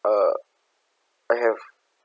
uh I have